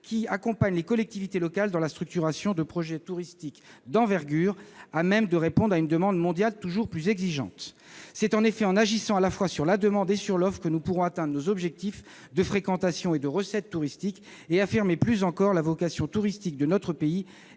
qui accompagne les collectivités locales dans la structuration de projets touristiques d'envergure à même de répondre à une demande mondiale toujours plus exigeante. C'est en agissant à la fois sur la demande et sur l'offre que nous pourrons atteindre nos objectifs de fréquentation et de recettes touristiques. En affirmant plus encore la vocation touristique de notre pays,